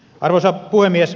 arvoisa puhemies